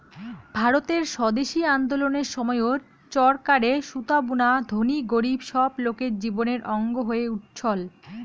ভারতের স্বদেশি আন্দোলনের সময়ত চরকারে সুতা বুনা ধনী গরীব সব লোকের জীবনের অঙ্গ হয়ে উঠছল